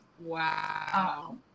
wow